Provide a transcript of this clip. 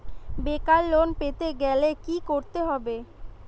বেকার লোন পেতে গেলে কি করতে হবে?